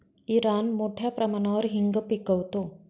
Iran मोठ्या प्रमाणावर हिंग पिकवतो